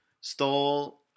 stole